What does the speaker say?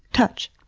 touch,